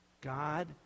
God